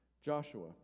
Joshua